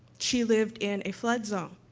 she lived in a flood zone.